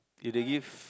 if they give